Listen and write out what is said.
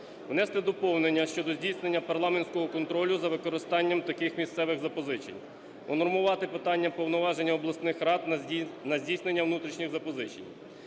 Внести доповнення щодо здійснення парламентського контролю за використанням таких місцевих запозичень. Унормувати питання повноваження обласних рад на здійснення внутрішніх запозичень.